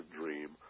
dream